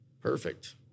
Perfect